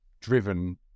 driven